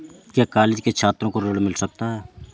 क्या कॉलेज के छात्रो को ऋण मिल सकता है?